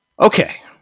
Okay